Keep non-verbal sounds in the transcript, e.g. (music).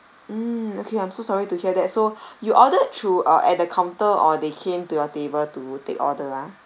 mm okay I'm so sorry to hear that so (breath) you ordered through uh at the counter or they came to your table to take order ah